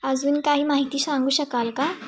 अजून काही माहिती सांगू शकाल का